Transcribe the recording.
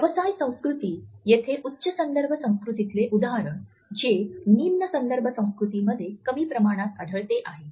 व्यवसाय संस्कृतीः येथे उच्च संदर्भ संस्कृतीतले उदाहरण जे निम्न संदर्भ संस्कृतींमध्ये कमी प्रमाणात आढळते आहे